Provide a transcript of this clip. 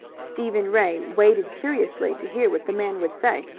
stephen ray waited curiously to hear what the man would say.